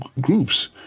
groups